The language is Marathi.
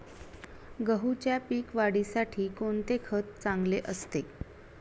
गहूच्या पीक वाढीसाठी कोणते खत चांगले असते?